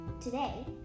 Today